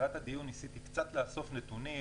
לקראת הדיון ניסיתי קצת לאסוף נתונים.